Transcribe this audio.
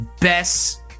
best